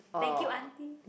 thank you auntie